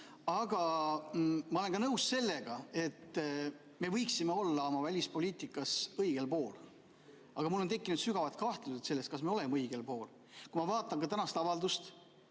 Ma olen ka nõus sellega, et me võiksime olla oma välispoliitikas õigel pool. Aga mul on tekkinud sügavad kahtlused selles, kas me ikka oleme õigel pool. Kui ma vaatan ka tänast avaldust,